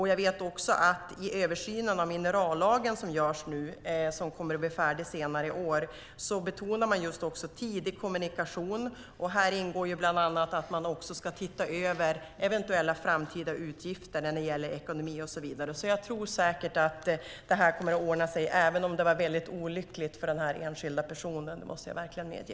Jag vet också att i översynen av minerallagen som nu görs och som kommer att bli färdig senare i år betonar man tidig kommunikation. Här ingår bland annat att man också ska titta över eventuella framtida utgifter när det gäller ekonomi och så vidare. Jag tror säkert att det kommer att ordna sig även om det var väldigt olyckligt för den enskilda personen. Det måste jag verkligen medge.